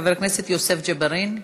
חבר הכנסת יוסף ג'בארין,